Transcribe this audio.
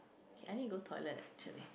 I need to go toilet actually